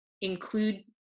include